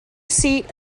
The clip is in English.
seat